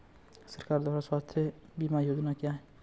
सरकार द्वारा स्वास्थ्य बीमा योजनाएं क्या हैं?